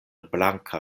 blanka